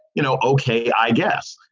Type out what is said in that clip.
you know ok, i guess.